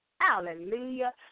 Hallelujah